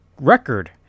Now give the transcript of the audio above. record